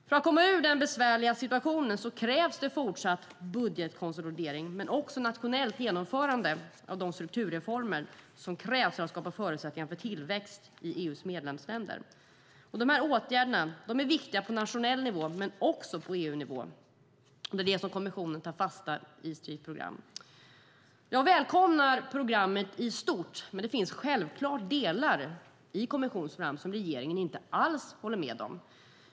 För att komma ur denna besvärliga situation krävs fortsatt budgetkonsolidering, men också ett nationellt genomförande av de strukturreformer som krävs för att skapa förutsättningar för tillväxt i EU:s medlemsländer. Dessa åtgärder är viktiga på nationell nivå men också på EU-nivå, och det är detta kommissionen tar fasta på i sitt program. Jag välkomnar programmet i stort, men det finns självklart delar i kommissionens program som regeringen inte alls håller med om.